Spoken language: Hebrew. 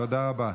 תודה רבה.